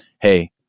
Hey